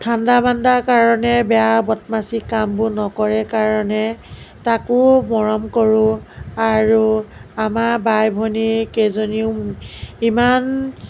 ঠাণ্ডা মাণ্ডা কাৰণে বেয়া বদমাচি কামবোৰ নকৰে কাৰণে তাকো মৰম কৰোঁ আৰু আমাৰ বাই ভনী কেইজনীও ইমান